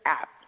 app